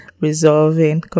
resolving